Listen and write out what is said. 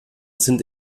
sind